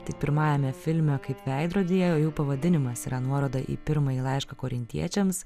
tik pirmajame filme kaip veidrodyje jau pavadinimas yra nuoroda į pirmąjį laišką korintiečiams